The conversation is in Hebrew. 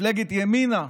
מפלגת ימינה,